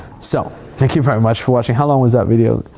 so thank you very much for watching. how long was that video?